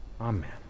Amen